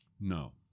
no